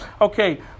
okay